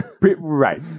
right